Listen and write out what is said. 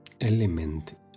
element